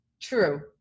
true